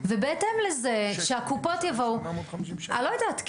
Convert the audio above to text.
ובהתאם לזה, שהקופות יבואו אני לא יודעת.